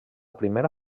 primera